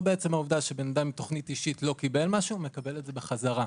או בעצם העובדה שאדם עם תוכנית אישית לא קיבל משהו - מקבל את זה בחזרה.